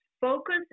Focus